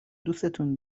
دوستون